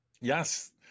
Yes